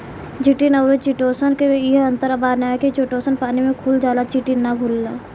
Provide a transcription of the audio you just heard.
chitin अउरी chitosan में इहे अंतर बावे की चिटोसन पानी में घुल जाला चिटिन ना घुलेला